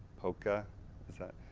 polka is that.